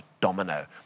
domino